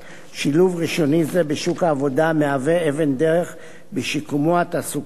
שילוב ראשוני זה בשוק העבודה מהווה אבן דרך בשיקומו התעסוקתי של